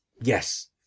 Yes